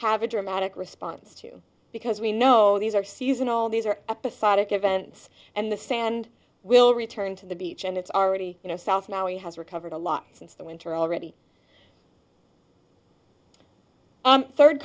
have a dramatic response to because we know these are season all these are episodic events and the sand will return to the beach and it's already you know south now he has recovered a lot since the winter already third